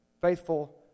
faithful